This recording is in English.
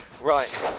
Right